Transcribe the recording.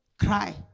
cry